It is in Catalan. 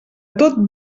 tot